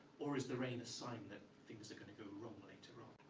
or, is the rain a sign that things are going to go wrong later on?